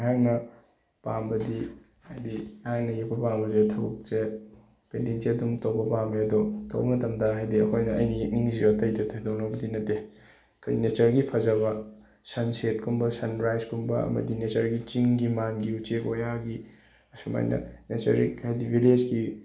ꯑꯩꯍꯥꯛꯅ ꯄꯥꯝꯕꯗꯤ ꯍꯥꯏꯗꯤ ꯑꯩꯍꯥꯛꯅ ꯌꯦꯛꯄ ꯄꯥꯝꯕꯗꯤ ꯊꯕꯛꯁꯦ ꯄꯦꯟꯇꯤꯡꯁꯦ ꯑꯗꯨꯝ ꯇꯧꯕ ꯄꯥꯝꯃꯦ ꯑꯗꯣ ꯇꯧꯕ ꯃꯇꯝꯗ ꯍꯥꯏꯗꯤ ꯑꯩꯈꯣꯏꯅ ꯑꯩꯅ ꯌꯦꯛꯅꯤꯡꯉꯤꯁꯤꯁꯨ ꯑꯇꯩꯗ ꯊꯣꯏꯗꯣꯛꯅꯕꯨꯗꯤ ꯅꯠꯇꯦ ꯑꯩꯈꯣꯏ ꯅꯦꯆꯔꯒꯤ ꯐꯖꯕ ꯁꯟ ꯁꯦꯠꯀꯨꯝꯕ ꯁꯟ ꯔꯥꯏꯁ ꯀꯨꯝꯕ ꯑꯃꯗꯤ ꯅꯦꯆꯔꯒꯤ ꯆꯤꯡꯒꯤ ꯃꯥꯟꯒꯤ ꯎꯆꯦꯛ ꯋꯥꯌꯥꯒꯤ ꯑꯁꯨꯃꯥꯏꯅ ꯅꯦꯆꯔꯤꯛ ꯍꯥꯏꯗꯤ ꯕꯤꯂꯦꯖꯀꯤ